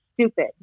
stupid